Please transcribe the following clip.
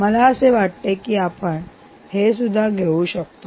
मला असे वाटते की आपण हे सुद्धा घेऊ शकतो